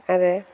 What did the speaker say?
आरो